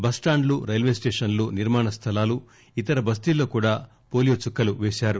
బస్టాండ్లు రైల్వేస్టేషన్లు నిర్మాణస్థలాలు ఇతర బస్తీల్లో కూడా పోలియో చుక్కలు పేశారు